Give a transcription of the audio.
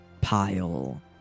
pile